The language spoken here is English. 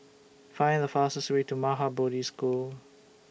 Find The fastest Way to Maha Bodhi School